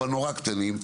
אבל נורא קטנים.